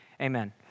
Amen